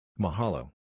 Mahalo